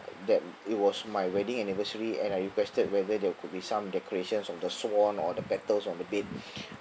that it was my wedding anniversary and I requested whether there could be some decorations of the swan or the petals on the bed